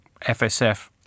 FSF